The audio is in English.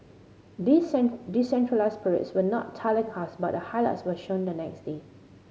these decentralised parades were not telecast but the highlights were shown the next day